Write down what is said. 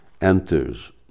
Enters